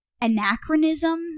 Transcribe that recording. anachronism